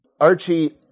Archie